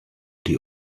die